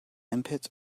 input